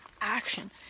action